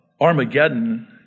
Armageddon